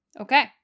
Okay